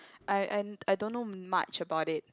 I I I don't know much about it